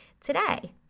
today